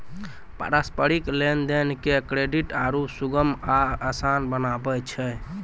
पारस्परिक लेन देन के क्रेडिट आरु सुगम आ असान बनाबै छै